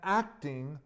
acting